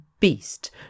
beast